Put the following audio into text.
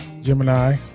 Gemini